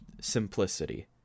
simplicity